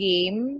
Game